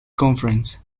conference